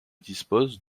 dispose